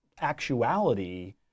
actuality